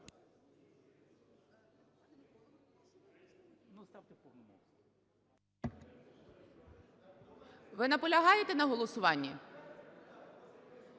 Ви наполягаєте на голосуванні?